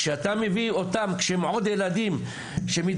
כשאתה מביא אותם כשהם עוד ילדים שמתבשלים,